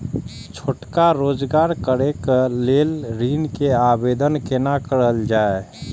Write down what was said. छोटका रोजगार करैक लेल ऋण के आवेदन केना करल जाय?